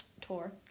tour